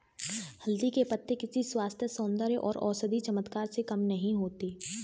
हल्दी के पत्ते किसी स्वास्थ्य, सौंदर्य और औषधीय चमत्कार से कम नहीं होते